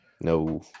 no